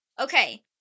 Okay